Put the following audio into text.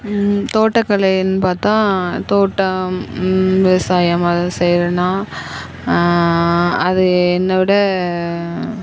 தோட்டக்கலைன்னு பார்த்தா தோட்டம் விவசாயம் அது செய்யறேன்னா அது என்னோடய